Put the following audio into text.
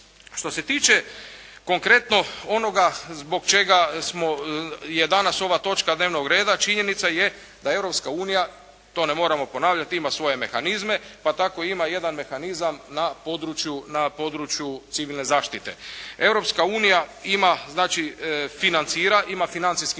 Što se tiče konkretno onoga zbog čega je danas ova točka dnevnog reda, činjenica je da Europska unija to ne moramo ponavljati, ima svoje mehanizme, pa tako ima jedan mehanizam na području civilne zaštite. Europska unija